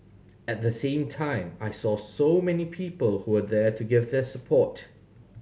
at the same time I saw so many people who were there to give their support